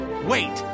Wait